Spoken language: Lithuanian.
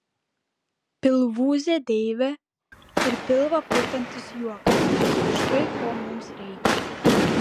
pilvūzė deivė ir pilvą purtantis juokas štai ko mums reikia